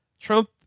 Trump